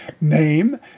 name